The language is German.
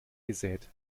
gesät